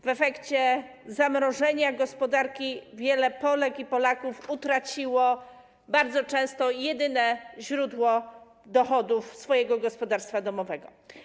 W efekcie zamrożenia gospodarki wiele Polek i Polaków utraciło bardzo często jedyne źródło dochodów swojego gospodarstwa domowego.